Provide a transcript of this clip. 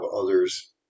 others